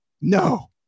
No